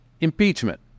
impeachment